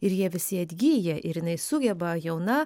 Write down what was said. ir jie visi atgyja ir jinai sugeba jauna